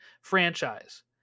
franchise